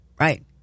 Right